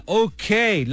okay